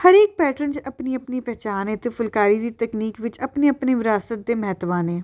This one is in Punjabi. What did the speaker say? ਹਰੇਕ ਪੈਟਰਨ 'ਚ ਆਪਣੀ ਆਪਣੀ ਪਹਿਚਾਣ ਹੈ ਅਤੇ ਫੁਲਕਾਰੀ ਦੀ ਤਕਨੀਕ ਵਿੱਚ ਆਪਣੇ ਆਪਣੇ ਵਿਰਾਸਤ ਅਤੇ ਮਹੱਤਵ ਨੇ